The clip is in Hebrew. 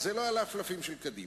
זה לא ה"לפלפים" של קדימה.